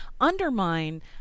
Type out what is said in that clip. Undermine